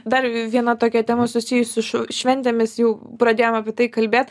dar viena tokia tema susijus su š šventėmis jau pradėjom apie tai kalbėt